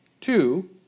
Two